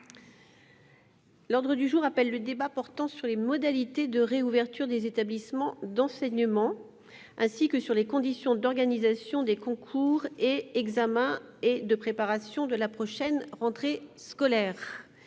et de la communication, portant sur les modalités de réouverture des établissements d'enseignement ainsi que sur les conditions d'organisation des concours et examens et de préparation de la prochaine rentrée scolaire.